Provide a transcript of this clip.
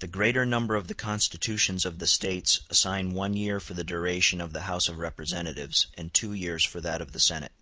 the greater number of the constitutions of the states assign one year for the duration of the house of representatives, and two years for that of the senate